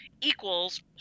equals